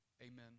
Amen